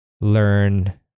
learn